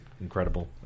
incredible